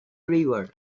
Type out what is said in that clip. river